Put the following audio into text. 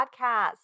podcast